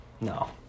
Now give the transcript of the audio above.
No